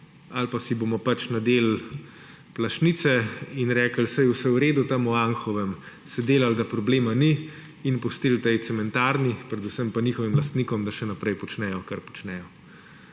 ali pa si bomo nadeli plašnice in rekli, saj je vse v redu tam v Anhovem, se delali, da problema ni, in pustil tej cementarni, predvsem pa njihovim lastnikom, da še naprej počnejo, kar počnejo.